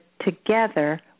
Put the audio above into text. together